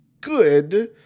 good